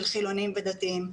של חילונים ודתיים.